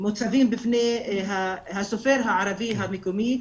שמוצבים בפני הסופר הערבי המקומי,